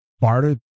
barter